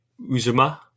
Uzuma